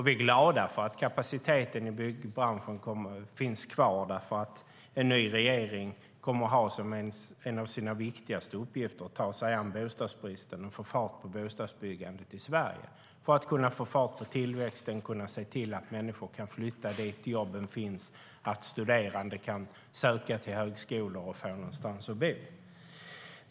Vi är glada för att kapaciteten i byggbranschen finns kvar. En ny regering kommer att ha som en av sina viktigaste uppgifter att ta sig an bostadsbristen och få fart på bostadsbyggandet i Sverige för att kunna öka tillväxten och se till att människor kan flytta dit där jobben finns och att studerande kan söka till högskolor och få någonstans att bo.